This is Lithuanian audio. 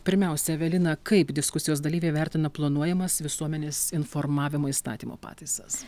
pirmiausia evelina kaip diskusijos dalyviai vertina planuojamas visuomenės informavimo įstatymo pataisas